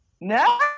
no